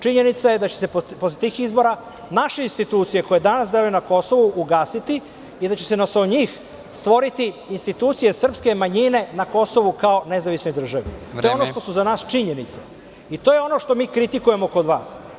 Činjenica je da će se posle tih izbora naše institucije koje danas deluju na Kosovu ugasiti i da će se na osnovu njih stvoriti institucije srpske manjine na Kosovu kao nezavisne države. (Predsednik: Vreme.) To je ono što su za nas činjenice i to je ono što mi kritikujemo kod vas.